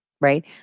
right